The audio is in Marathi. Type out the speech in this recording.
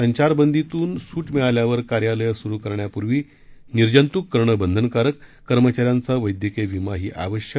संचारबंदीतून सूट मिळाल्यावर कार्यालयं सुरू करण्यापूर्वी निर्जंतुक करणं बंधनकारक कर्मचाऱ्यांचा वैद्यकीय विमाही आवश्यक